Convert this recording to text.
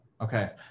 Okay